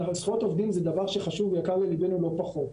זכויות עובדים זה משהו שחשוב ויקר לליבנו לא פחות.